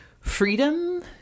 freedom